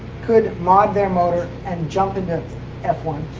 could mod their motor and jump into f one.